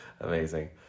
Amazing